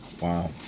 Wow